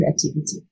creativity